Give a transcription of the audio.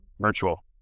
virtual